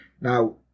Now